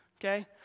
Okay